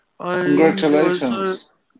Congratulations